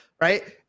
right